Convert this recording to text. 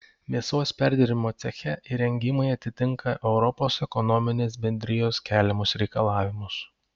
mėsos perdirbimo ceche įrengimai atitinka europos ekonominės bendrijos keliamus reikalavimus